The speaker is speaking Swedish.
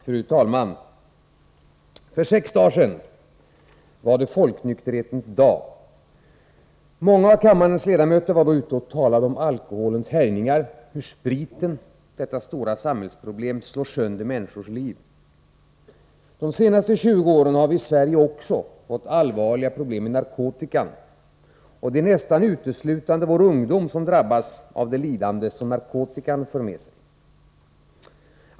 Fru talman! För sex dagar sedan var det folknykterhetens dag. Många av kammarens ledamöter var då ute och talade om alkoholens härjningar, hur spriten — detta stora samhällsproblem — slår sönder människors liv. De senaste 20 åren har vi i Sverige också fått allvarliga narkotikaproblem. Det är nästan uteslutande vår ungdom som drabbas av det lidande som narkotikan för med sig.